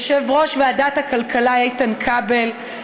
יושב-ראש ועדת הכלכלה איתן כבל,